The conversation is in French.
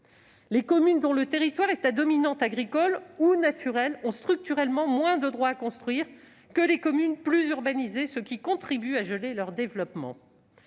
Les communes dont le territoire est à dominante agricole ou naturelle ont structurellement moins de droits à construire que les communes plus urbanisées, ce qui contribue à geler leur développement.